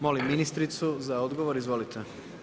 Molim ministricu za odgovor, izvolite.